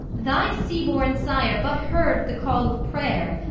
thy sea-born sire but heard the call of prayer,